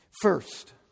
First